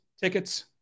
tickets